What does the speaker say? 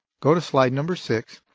go to slide number six.